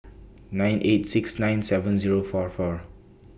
nine eight six nine seven Zero four four